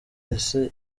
ese